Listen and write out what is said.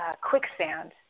quicksand